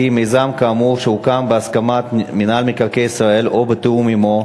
כי מיזם כאמור שהוקם בהסכמת מינהל מקרקעי ישראל או בתיאום עמו,